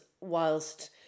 whilst